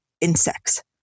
insects